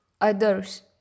others